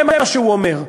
זה מה שהוא אומר.